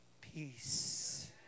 Peace